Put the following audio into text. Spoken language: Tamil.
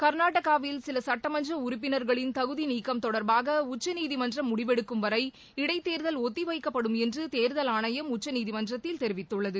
கர்நாடகாவில் சில சட்டமன்ற உறுப்பினர்களின் தகுதிநீக்கம் தொடர்பாக உச்சநீதிமன்றம் முடிவெடுக்கும் வரை இடைத் தேர்தல் ஒத்தி வைக்கப்படும் என்று தேர்தல் ஆணையம் உச்சநீதிமன்றத்தில் தெரிவித்துள்ளது